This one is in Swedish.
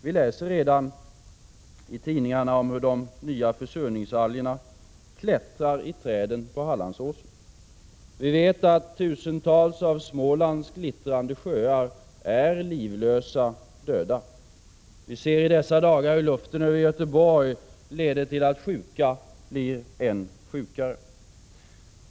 Vi läser redan i tidningarna om hur de nya försurningsalgerna klättrar i träden på Hallandsåsen. Vi vet att tusentals av Smålands glittrande sjöar är livlösa — döda. Vi ser i dessa dagar hur luften över Göteborg leder till att sjuka blir än sjukare.